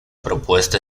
propuesta